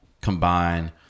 combine